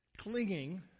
Clinging